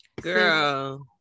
Girl